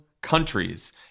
countries